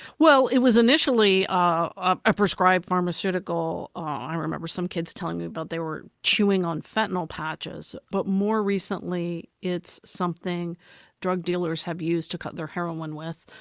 well, it was initially a prescribed pharmaceutical, ah i remember some kids telling me about they were chewing on fentanyl patches, but more recently it's something drug dealers have used to cut their heroin with.